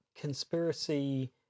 conspiracy